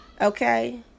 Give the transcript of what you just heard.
okay